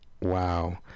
Wow